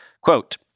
Quote